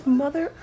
mother